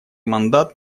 мандат